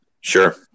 Sure